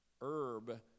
Herb